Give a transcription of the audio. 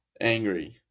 angry